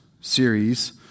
series